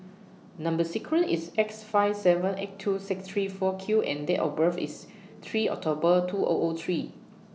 Number sequence IS X five seven eight two six three four Q and Date of birth IS three October two O O three